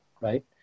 right